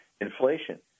inflation